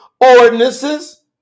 ordinances